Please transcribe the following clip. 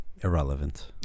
irrelevant